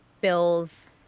bills